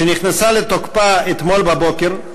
שנכנסה לתוקפה אתמול בבוקר,